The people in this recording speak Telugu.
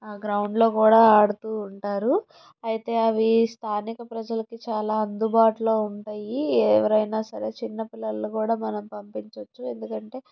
ఆ గ్రౌండ్లో కూడా ఆడుతూ ఉంటారు అయితే అవి స్థానిక ప్రజలకి చాలా అందుబాటులో ఉంటాయి ఎవరైనా సరే చిన్న పిల్లలు కూడా మన పంపించవచ్చు ఎందుకంటే